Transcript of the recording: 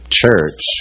church